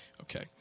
Okay